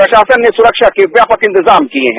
प्रशासन ने सुरक्षा के व्यापक इंतजाम किए हैं